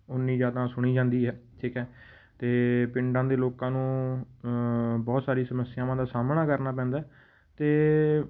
ਓਨੀ ਜ਼ਿਆਦਾ ਸੁਣੀ ਜਾਂਦੀ ਹੈ ਠੀਕ ਹੈ ਅਤੇ ਪਿੰਡਾਂ ਦੇ ਲੋਕਾਂ ਨੂੰ ਬਹੁਤ ਸਾਰੀ ਸਮੱਸਿਆਵਾਂ ਦਾ ਸਾਹਮਣਾ ਕਰਨਾ ਪੈਂਦਾ ਅਤੇ